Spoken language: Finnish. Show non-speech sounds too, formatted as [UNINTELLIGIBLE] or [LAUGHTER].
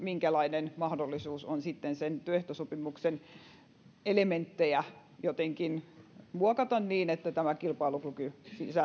[UNINTELLIGIBLE] minkälainen mahdollisuus on sitten sen työehtosopimuksen elementtejä jotenkin muokata niin että sen kilpailukyky